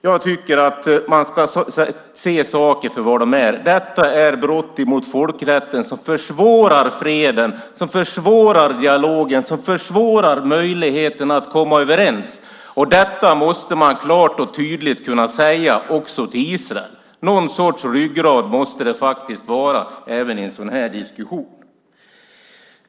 Jag tycker att man ska se saker för vad de är. Detta är brott mot folkrätten som försvårar freden, dialogen och möjligheten att komma överens. Detta måste man klart och tydligt kunna säga också till Israel. Någon sorts ryggrad måste det faktiskt finnas även i en sådan här diskussion.